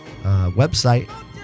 website